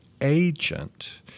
agent